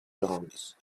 dance